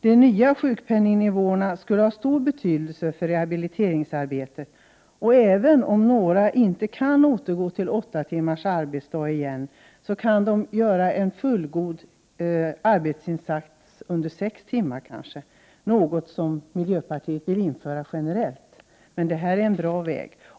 De nya sjukpenningnivåerna skulle ha stor betydelse för rehabiliteringsarbetet. Även om några inte kan återgå till åtta timmars arbetsdag, kan de kanske göra en fullgod arbetsinsats under sex timmar. Det är något som miljöpartiet vill införa generellt, men det här är en bra väg.